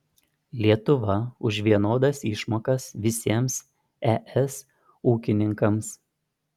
lietuva už vienodas išmokas visiems es ūkininkams